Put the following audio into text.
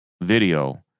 video